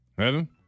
Heaven